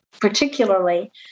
particularly